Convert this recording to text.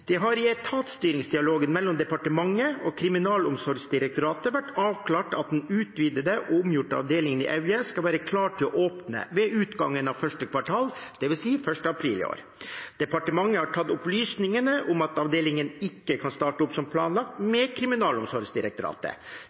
Det har i etatsstyringsdialogen mellom departementet og Kriminalomsorgsdirektoratet vært avklart at den utvidede og omgjorte avdelingen i Evje skal være klar til å åpne ved utgangen av første kvartal, det vil si 1. april i år. Departementet har tatt opp med Kriminalomsorgsdirektoratet opplysningene om at avdelingen ikke kan starte opp som planlagt.